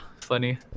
Funny